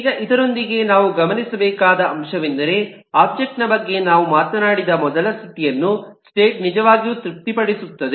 ಈಗ ಇದರೊಂದಿಗೆ ನಾವು ಗಮನಿಸಬೇಕಾದ ಅಂಶವೆಂದರೆ ಒಬ್ಜೆಕ್ಟ್ ನ ಬಗ್ಗೆ ನಾವು ಮಾತನಾಡಿದ ಮೊದಲ ಸ್ಥಿತಿಯನ್ನು ಸ್ಟೇಟ್ ನಿಜವಾಗಿಯೂ ತೃಪ್ತಿಪಡಿಸುತ್ತದೆ